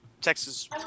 Texas